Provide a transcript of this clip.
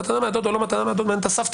מתנה מהדוד, או לא מתנה מהדוד מעניין את הסבתא.